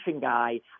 guy